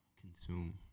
consume